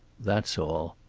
that's all.